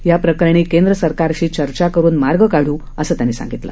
याप्रकरणी केंद्र सरकारशी चर्चा करुन मार्ग काढू त्यांनी सांगितलं